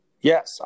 Yes